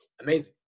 amazing